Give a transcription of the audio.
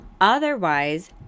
Otherwise